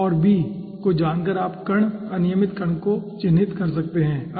तो l और b को जानकर आप कण अनियमित कण को चिन्हित कर सकते हैं ठीक है